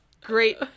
great